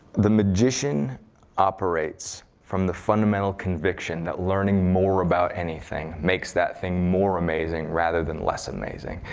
the magician operates from the fundamental conviction that learning more about anything makes that thing more amazing rather than less amazing.